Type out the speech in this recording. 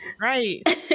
right